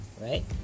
right